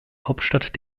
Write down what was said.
hauptstadt